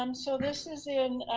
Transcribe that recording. um so this is in